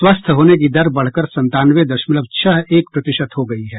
स्वस्थ होने की दर बढ़कर संतानवे दशमलव छह एक प्रतिशत हो गयी है